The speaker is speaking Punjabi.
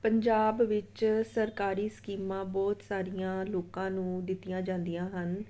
ਪੰਜਾਬ ਵਿੱਚ ਸਰਕਾਰੀ ਸਕੀਮਾਂ ਬਹੁਤ ਸਾਰੀਆਂ ਲੋਕਾਂ ਨੂੰ ਦਿੱਤੀਆਂ ਜਾਂਦੀਆਂ ਹਨ